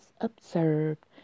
observed